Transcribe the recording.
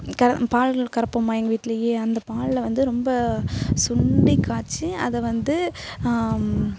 கற பால்கள் கறப்போமா எங்கள் வீட்லேயே அந்த பாலில் வந்து ரொம்ப சுண்டி காய்ச்சு அதை வந்து